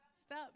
Stop